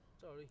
Sorry